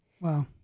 Wow